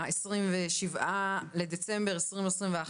היום 27 בדצמבר 2021,